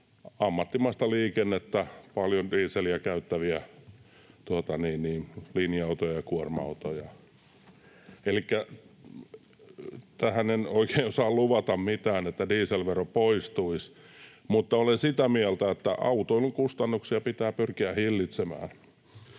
ammattimaista liikennettä, paljon dieseliä käyttäviä linja-autoja ja kuorma-autoja. Elikkä en oikein osaa luvata mitään sellaista, että dieselvero poistuisi, mutta olen sitä mieltä, että autoilun kustannuksia pitää pyrkiä hillitsemään.